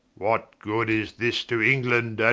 what good is this to england,